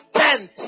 tent